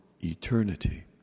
eternity